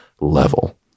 level